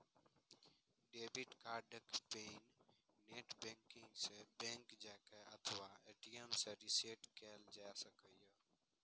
debit कार्डक PIN net banking सं, bank जाके अथवा ए.टी.एम सं रीसेट कैल जा सकैए